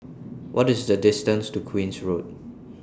What IS The distance to Queen's Road